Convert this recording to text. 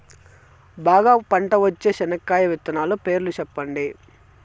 బాగా పంట వచ్చే చెనక్కాయ విత్తనాలు పేర్లు సెప్పండి?